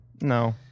No